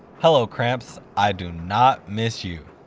hello cramps, i do not miss you.